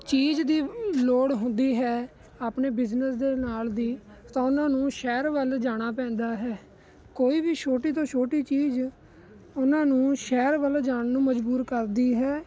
ਚੀਜ਼ ਦੀ ਲੋੜ ਹੁੰਦੀ ਹੈ ਆਪਣੇ ਬਿਜ਼ਨਸ ਦੇ ਨਾਲ ਦੀ ਤਾਂ ਉਹਨਾਂ ਨੂੰ ਸ਼ਹਿਰ ਵੱਲ ਜਾਣਾ ਪੈਂਦਾ ਹੈ ਕੋਈ ਵੀ ਛੋਟੀ ਤੋਂ ਛੋਟੀ ਚੀਜ਼ ਉਹਨਾਂ ਨੂੰ ਸ਼ਹਿਰ ਵੱਲੋਂ ਜਾਣ ਨੂੰ ਮਬੂਜ਼ਰ ਕਰਦੀ ਹੈ